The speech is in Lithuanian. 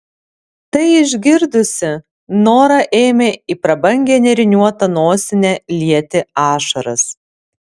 tai išgirdusi nora ėmė į prabangią nėriniuotą nosinę lieti ašaras